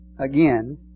Again